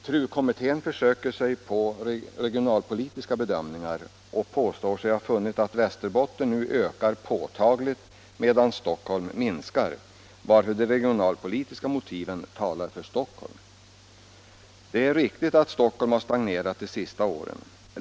TRU-kommittén försöker sig på regionalpolitiska bedömningar och påstår sig ha funnit att Västerbottens befolkning nu ökar påtagligt, medan Stockholms minskar, varför de regionalpolitiska motiven talar för Stockholm. Det är riktigt att Stockholm har stagnerat de senaste åren.